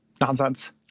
nonsense